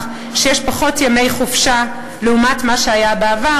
שיש פחות ימי חופשה לעומת מה שהיה בעבר,